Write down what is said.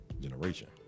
generation